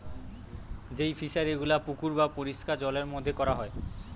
যেই ফিশারি গুলা পুকুর বা পরিষ্কার জলের মধ্যে কোরা হয়